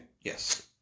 Yes